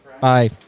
bye